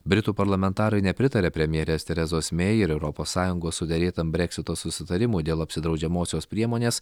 britų parlamentarai nepritarė premjerės teresos mei ir europos sąjungos suderėtam breksito susitarimui dėl apsidraudžiamosios priemonės